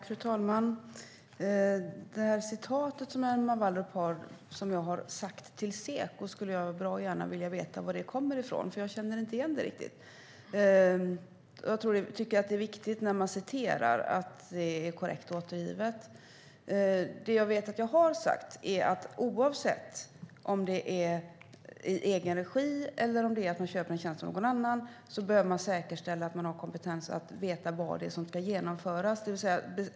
Fru talman! Det uttalande som Emma Wallrup återger och som jag skulle ha gjort till Seko vill jag bra gärna veta varifrån det kommer, för jag känner inte riktigt igen det. Jag tycker att det är viktigt när man citerar att det är korrekt återgivet. Det jag vet att jag har sagt är att oavsett om det är i egen regi eller om man köper en tjänst från en annan så behöver man säkerställa att man har kompetens att veta vad det är som ska genomföras.